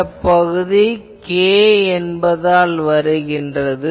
இந்த பகுதி k என்பதனால் வருகிறது